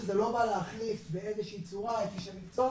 כמובן שזה לא בא להחליף באיזו שהיא צורה את איש המקצוע,